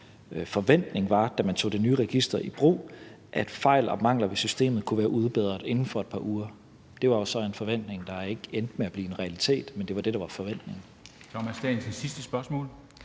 forventning var, da man tog det nye register i brug, at fejl og mangler ved systemet kunne være udbedret inden for et par uger. Det var jo så en forventning, der ikke endte med at blive en realitet, men det var det, der var forventningen. Kl. 13:27 Formanden